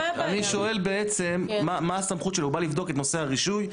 אני שואל בעצם מה הסמכות שלו: הוא בא לבדוק את נושא הרישוי?